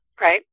right